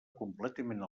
completament